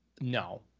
No